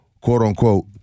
quote-unquote